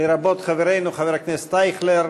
לרבות חברנו חבר הכנסת אייכלר.